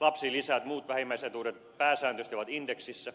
lapsilisät muut vähimmäisetuudet pääsääntöisesti ovat indeksissä